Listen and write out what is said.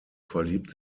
verliebt